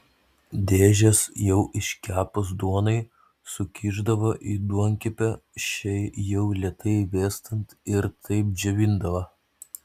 dėžes jau iškepus duonai sukišdavo į duonkepę šiai jau lėtai vėstant ir taip džiovindavo